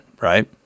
right